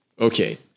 Okay